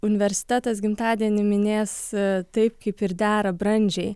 universitetas gimtadienį minės taip kaip ir dera brandžiai